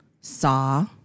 Saw